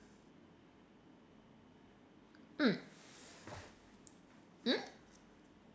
mm mm